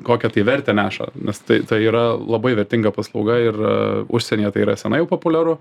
kokią tai vertę neša nes tai tai yra labai vertinga paslauga ir užsienyje tai yra senai jau populiaru